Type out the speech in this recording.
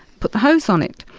put the hose on it.